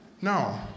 No